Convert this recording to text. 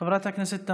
חבר הכנסת יאיר גולן,